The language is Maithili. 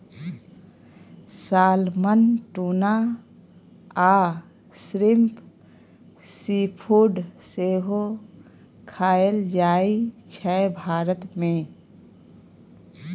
सालमन, टुना आ श्रिंप सीफुड सेहो खाएल जाइ छै भारत मे